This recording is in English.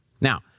Now